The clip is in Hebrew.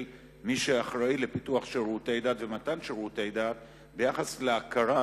של מי שאחראי לפיתוח שירותי דת ולמתן שירותי דת ביחס להכרת